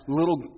little